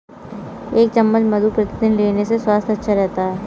एक चम्मच मधु प्रतिदिन लेने से स्वास्थ्य अच्छा रहता है